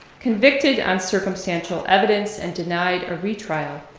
convicted on circumstantial evidence and denied a retrial,